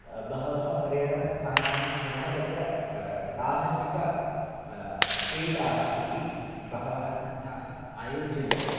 बहवः पर्यटनस्थानानि पुनः तत्र साहसिक क्रीडाः अपि बहवः संस्थाः आयोज्यन्ते